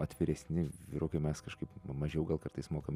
atviresni vyrukai mes kažkaip mažiau gal kartais mokam